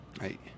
Right